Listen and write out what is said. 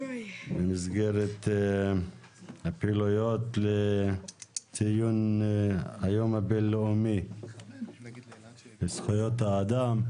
במסגרת הפעילויות לציון היום הבין לאומי לזכויות האדם.